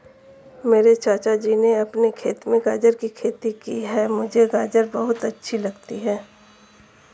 मेरे चाचा जी ने अपने खेत में गाजर की खेती की है मुझे गाजर बहुत अच्छी लगती है